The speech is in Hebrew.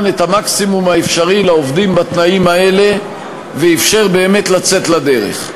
את המקסימום האפשרי לעובדים בתנאים האלה ואִפשר באמת לצאת לדרך.